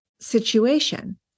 situation